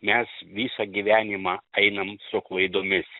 mes visą gyvenimą einam su klaidomis